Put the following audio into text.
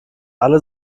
alle